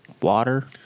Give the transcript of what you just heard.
water